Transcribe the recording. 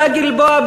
בגלל השדולה החקלאית,